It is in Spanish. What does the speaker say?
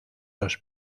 los